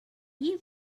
you